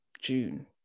June